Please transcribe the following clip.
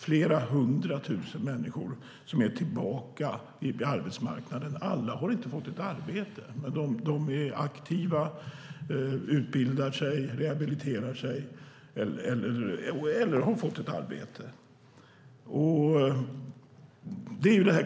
Flera hundra tusen människor är tillbaka på arbetsmarknaden. Alla har inte fått ett arbete, men de är aktiva, utbildar sig, rehabiliterar sig eller har fått ett arbete.